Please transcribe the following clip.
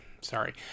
Sorry